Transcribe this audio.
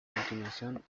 continuación